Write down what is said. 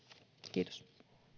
kiitos